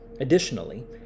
Additionally